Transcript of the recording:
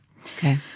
Okay